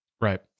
Right